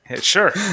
Sure